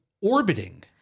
orbiting